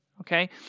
okay